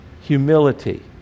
humility